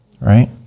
Right